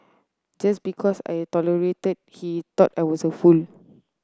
just because I tolerated he thought I was a fool